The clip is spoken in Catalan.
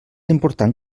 important